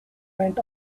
went